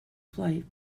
flight